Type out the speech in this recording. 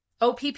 OPP